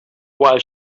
while